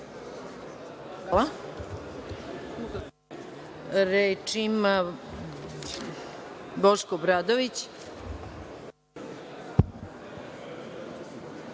Hvala. Reč ima Boško Obradović.